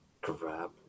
grab